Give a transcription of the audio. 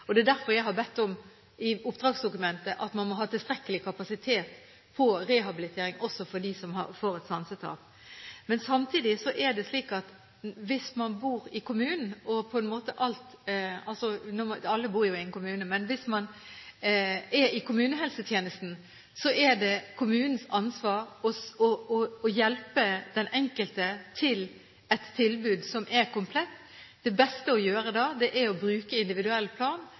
Det er derfor jeg i oppdragsdokumentet har bedt om at man må ha tilstrekkelig kapasitet når det gjelder rehabilitering, også for dem som får et sansetap. Men samtidig er det slik at hvis man bor i kommunen – alle bor jo i en kommune – og man er i kommunehelsetjenesten, er det kommunens ansvar å hjelpe den enkelte til å få et tilbud som er komplett. Det beste å gjøre da er å bruke individuell plan,